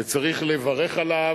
וצריך לברך עליו.